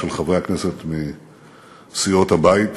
של חברי הכנסת מסיעות הבית,